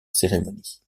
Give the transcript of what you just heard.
cérémonie